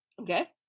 okay